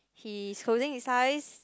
he holding his size